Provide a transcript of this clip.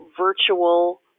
virtual